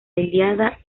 ilíada